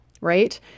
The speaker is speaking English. right